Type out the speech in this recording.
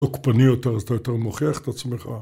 תוקפני יותר, אז אתה יותר מוכיח את עצמך.